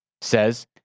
says